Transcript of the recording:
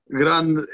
grande